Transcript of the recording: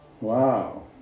Wow